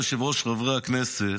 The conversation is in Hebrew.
אדוני היושב-ראש, חברי הכנסת,